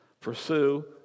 Pursue